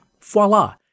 Voila